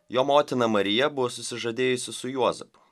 jo motina marija buvo susižadėjusi su juozapu